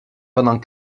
pendant